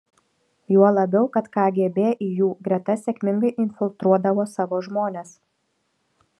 juo labiau kad kgb į jų gretas sėkmingai infiltruodavo savo žmones